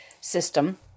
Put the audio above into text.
system